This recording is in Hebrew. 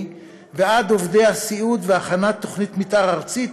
ועד עובדי הסיעוד והכנת תוכנית מתאר ארצית